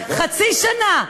חצי שנה.